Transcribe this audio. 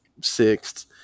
sixth